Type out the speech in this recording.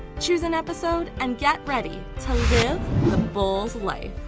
choose an episode and get ready to give the bulls life!